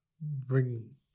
bring